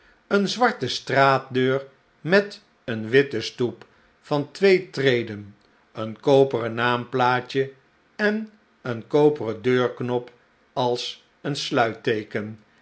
eene zwarte straatdeur met eene witte stoep van twee treden een koperen naamplaatje en een koperen deurknop als een